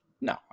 No